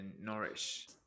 Norwich